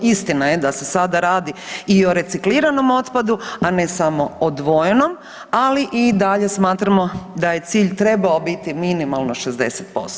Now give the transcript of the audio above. Istina je da se sada radi i o recikliranom otpadu, a ne samo odvojenom, ali i dalje smatramo da je cilj trebao biti minimalno 60%